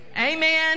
Amen